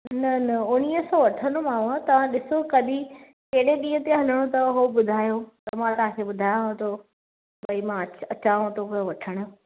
न न उणिवीह सौ वठंदोमांव तव्हां ॾिसो कॾहिं कहिड़े ॾींहंं ते हलिणो अथव हो ॿुधायो त मां तव्हां खे ॿुधायांव थो भई मां अच अचांव थो पियो वठणु